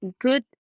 good